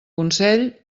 consell